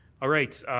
all right.